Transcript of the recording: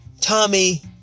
Tommy